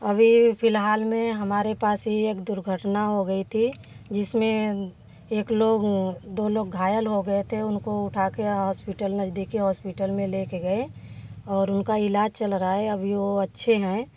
अभी फ़िलहाल में हमारे पास ही एक दुर्घटना हो गई थी जिसमें एक लोग दो लोग घायल हो गए थे उनको उठा के हॉस्पिटल नज़दीकी हॉस्पिटल में ले के गए और उनका इलाज चल रहा है अभी वो अच्छे हैं